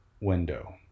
window